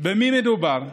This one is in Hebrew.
במי מדובר?